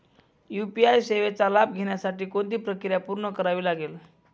UPI सेवेचा लाभ घेण्यासाठी कोणती प्रक्रिया पूर्ण करावी लागते?